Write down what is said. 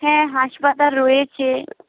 হ্যাঁ হাসপাতাল রয়েছে